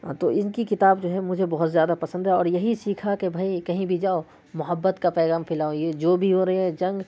ہاں تو ان کی کتاب جو ہے مجھے بہت زیادہ پسند ہے اور یہی سیكھا كہ بھائی كہیں بھی جاؤ محبت كا پیغام پھیلاؤ یہ جو بھی ہو رہی ہے جنگ